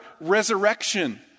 resurrection